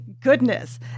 goodness